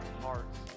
hearts